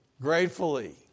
gratefully